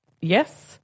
yes